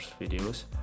videos